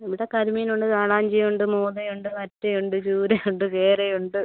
ഇവിടെ കരിമീനുണ്ട് കാളാഞ്ചി ഉണ്ട് മോത ഉണ്ട് വറ്റയുണ്ട് ചൂര ഉണ്ട് കേര ഉണ്ട്